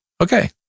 Okay